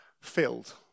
filled